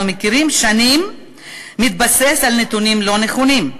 מכירים שנים מתבסס על נתונים לא נכונים.